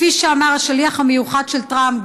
כפי שאמר השליח המיוחד של טראמפ,